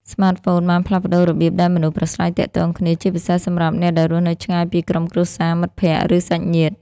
ស្មាតហ្វូនបានផ្លាស់ប្ដូររបៀបដែលមនុស្សប្រាស្រ័យទាក់ទងគ្នា ជាពិសេសសម្រាប់អ្នកដែលរស់នៅឆ្ងាយពីក្រុមគ្រួសារ មិត្តភក្ដិ ឬសាច់ញាតិ។